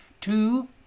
two